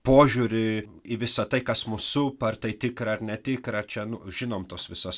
požiūrį į visa tai kas mus supa ar tai tikra ar netikra čia nu žinom tos visas